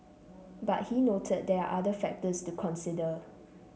but he noted there are other factors to consider